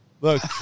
Look